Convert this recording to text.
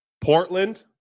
Portland